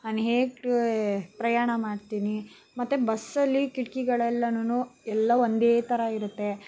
ನಾನು ಹೇಗೆ ಪ್ರಯಾಣ ಮಾಡ್ತೀನಿ ಮತ್ತೆ ಬಸ್ಸಲ್ಲಿ ಕಿಟಕಿಗಳೆಲ್ಲನು ಎಲ್ಲ ಒಂದೇ ಥರ ಇರುತ್ತೆ